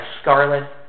scarlet